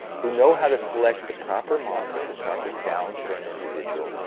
who know how to select the proper mantra, the proper sound for an individual,